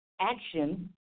action